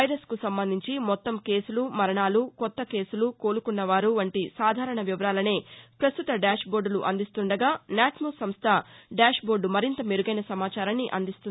వైరస్కు సంబంధించి మొత్తం కేసులు కొత్త కేసులు కోలుకున్నవారు వంటి సాధారణ వివరాలనే పస్తుత డాష్ బోర్దులు అందిస్తుండగా న్యాట్మో సంస్ద డాష్ బోర్దు మరింత మెరుగైన సమాచారాన్ని అందిస్తుంది